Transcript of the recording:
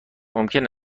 ممکن